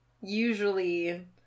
usually